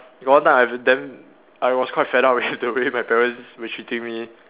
got one time I damn I was quite fed up with the way my parents been treating me